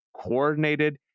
coordinated